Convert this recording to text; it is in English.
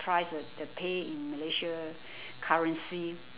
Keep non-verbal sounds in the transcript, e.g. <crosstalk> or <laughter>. price uh the pay in malaysia <breath> currency